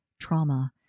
trauma